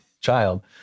child